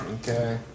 Okay